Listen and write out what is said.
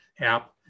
app